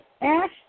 Ash